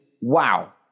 wow